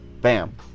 bam